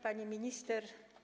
Pani Minister!